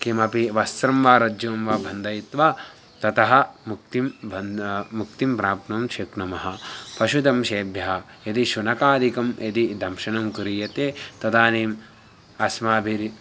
किमपि वस्त्रं वा रज्जुं वा बन्धयित्वा ततः मुक्तिं बन्धः मुक्तिं प्राप्नुं शक्नुमः पशुदंशेभ्यः यदि शुनकादिकं यदि दंशनं क्रिर्यते तदानीम् अस्माभिः